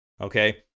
Okay